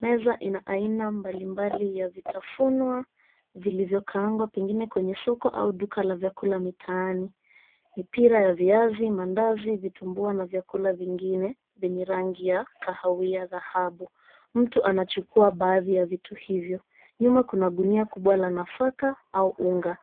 Meza ina aina mbali mbali ya vitafunwa vilivyokaangwa, pengine kwenye soko au duka la vyakula mitaani. Mipira ya viazi, mandazi, vitumbua, na vyakula vingine, vyenye rangi ya kahawia dhahabu, mtu anachukua baadhi ya vitu hivyo. Nyuma kuna gunia kubwa la nafaka au unga.